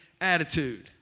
attitude